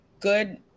good